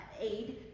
aid